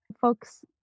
Folks